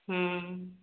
ହଁ